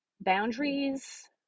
boundaries